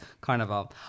Carnival